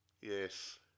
Yes